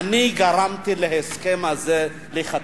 אני גרמתי להסכם הזה להיחתם.